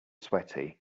sweaty